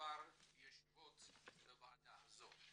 במספר ישיבות בוועדה זו.